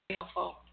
helpful